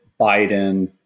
Biden